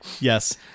yes